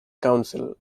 council